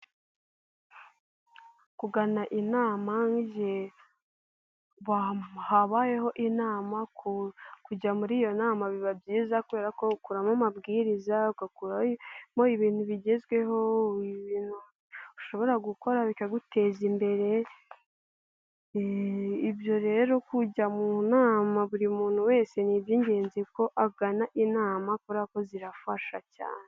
Kugana inama nk'igihe habayeho inama ku kujya muri iyo nama biba byiza kubera ko ukuramo amabwiriza, ugakuramo ibintu bigezweho ushobora gukora bikaguteza imbere, ibyo rero kujya mu nama buri muntu wese ni iby'ingenzi ko agana inama kubera ko zirafasha cyane.